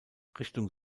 richtung